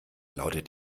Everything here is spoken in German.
lautet